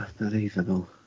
Unbelievable